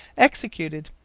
executed.